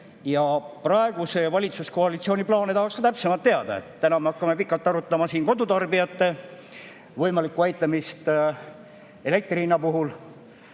Praeguse valitsuskoalitsiooni plaane tahaks ka täpsemalt teada. Täna me hakkame siin pikalt arutama kodutarbijate võimalikku aitamist elektri hinna [tõusu]